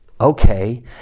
Okay